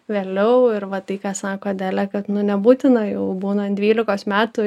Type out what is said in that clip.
vėliau ir va tai ką sako adele kad nu nebūtina jau būnant dvylikos metų